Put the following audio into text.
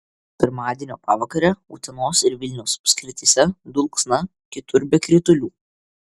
pirmadienio pavakarę utenos ir vilniaus apskrityse dulksna kitur be kritulių